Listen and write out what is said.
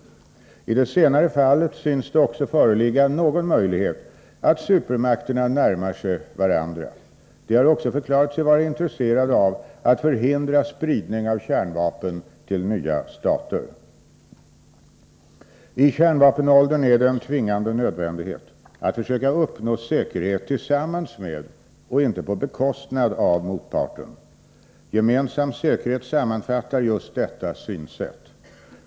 I det senare fallet synes det också föreligga någon möjlighet att supermakterna närmar sig varandra. De har också förklarat sig vara intresserade av att förhindra spridning av kärnvapen till nya stater. I kärnvapenåldern är det en tvingande nödvändighet att försöka uppnå säkerhet tillsammans med och inte på bekostnad av motparten. Gemensam säkerhet sammanfattar just detta synsätt.